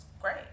Great